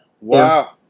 Wow